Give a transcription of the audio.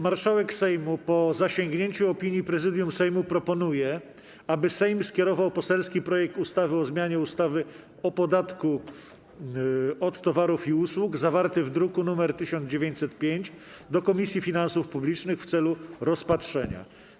Marszałek Sejmu, po zasięgnięciu opinii Prezydium Sejmu, proponuje, aby Sejm skierował poselski projekt ustawy o zmianie ustawy o podatku od towarów i usług, zawarty w druku nr 1905, do Komisji Finansów Publicznych w celu rozpatrzenia.